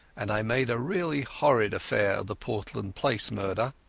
and i made a really horrid affair of the portland place murder.